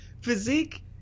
Physique